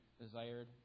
desired